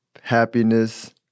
happiness